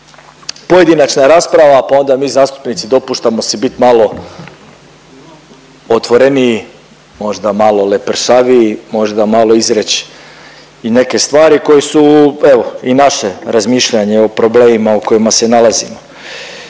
Pojedinačna je rasprava pa onda mi zastupnici dopuštamo si bit malo otvoreniji, možda malo lepršaviji, možda malo izreć i neke stvari koje su evo i naše razmišljanje o problemima u kojima se nalazimo